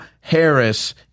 Harris